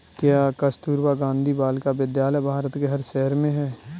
क्या कस्तूरबा गांधी बालिका विद्यालय भारत के हर शहर में है?